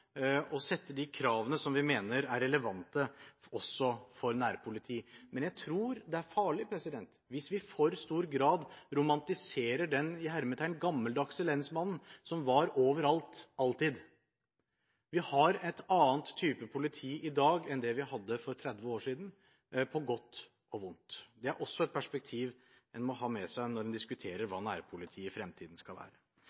og sette de kravene som vi mener er relevante også for nærpoliti. Jeg tror det er farlig hvis vi i for stor grad romantiserer den «gammeldagse» lensmannen, som var overalt alltid. Vi har en annen type politi i dag enn det vi hadde for 30 år siden – på godt og vondt. Det er også et perspektiv en må ha med seg når en diskuterer